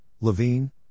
Levine